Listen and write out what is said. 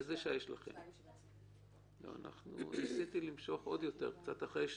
אני אצטרך ללכת לבית הלקוח ואני לא יודע מה מצפה לי בבית הלקוח,